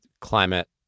climate